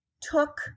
took